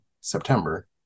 September